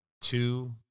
two